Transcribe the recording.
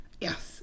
Yes